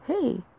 Hey